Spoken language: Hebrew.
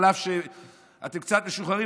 אף שאתם קצת משוחררים,